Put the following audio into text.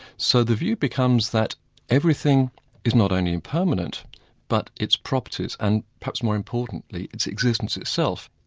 so the view becomes that everything is not only impermanent but it's properties, and perhaps more importantly its existence itself,